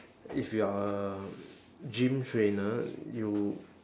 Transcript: if you're a gym trainer you